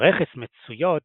ברכס מצויות